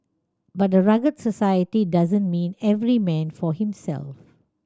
but a rugged society doesn't mean every man for himself